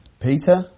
Peter